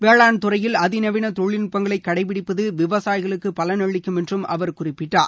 வேளாண் துறையில் அதிநவீன தொழில்நுட்பங்களை கடைபிடிப்பது விவசாயிகளுக்கு பலன் அளிக்கும் என்றும் அவர் குறிப்பிட்டார்